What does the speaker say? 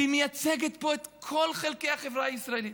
שמייצגת פה את כל חלקי החברה הישראלית,